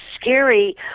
scary